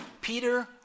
Peter